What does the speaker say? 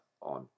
on